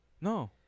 No